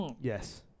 Yes